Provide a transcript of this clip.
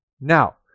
Now